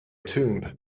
tomb